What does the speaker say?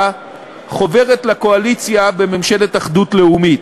חוברת לקואליציה בממשלת אחדות לאומית.